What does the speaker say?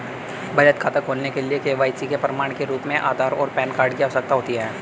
बचत खाता खोलने के लिए के.वाई.सी के प्रमाण के रूप में आधार और पैन कार्ड की आवश्यकता होती है